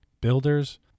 builders